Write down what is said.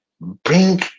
bring